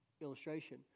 illustration